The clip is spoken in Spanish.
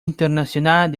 internacional